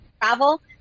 travel